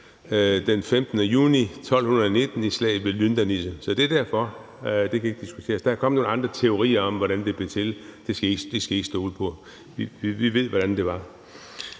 den 15. juni 1219 i slaget ved Lyndanisse. Det kan ikke diskuteres. Der er kommet nogle andre teorier om, hvordan det blev til, men dem skal I ikke stole på, for vi ved, hvordan det var.